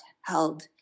held